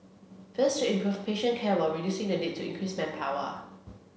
first to improve patient care while reducing the need to increase manpower